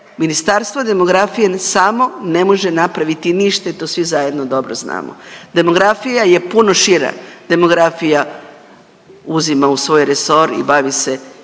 Ministarstvo demografije samo ne može napraviti ništa i to svi zajedno dobro znamo. Demografija je puno šira, demografija uzima u svoj resor i bavi se